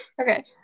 Okay